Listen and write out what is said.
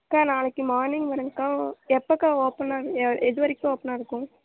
அக்கா நாளைக்கு மார்னிங் வரேங்கா எப்போக்கா ஓப்பனாக எ எது வரைக்கும் ஓப்பனாக இருக்கும்